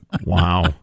Wow